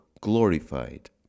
glorified